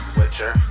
Switcher